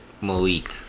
Malik